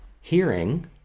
Hearing